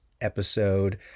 episode